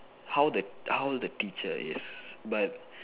how the how the teacher is but